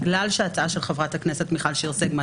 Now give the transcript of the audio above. בגלל שההצעה של חברת הכנסת מיכל שיר סגמן